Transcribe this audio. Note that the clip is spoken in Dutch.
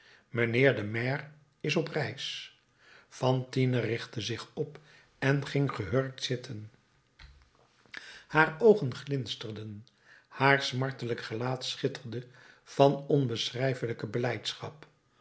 mijnheer de maire is op reis fantine richtte zich op en ging gehurkt zitten haar oogen glinsterden haar smartelijk gelaat schitterde van onbeschrijfelijke blijdschap